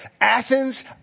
Athens